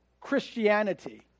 Christianity